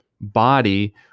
body